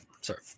sorry